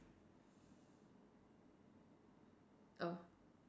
oh